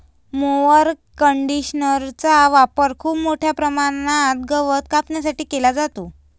mower कंडिशनरचा वापर खूप मोठ्या प्रमाणात गवत कापण्यासाठी केला जातो